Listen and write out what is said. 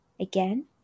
Again